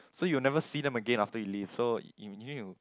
so you never see them again after you leave so imagine you